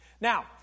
Now